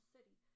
City